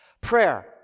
Prayer